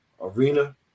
Arena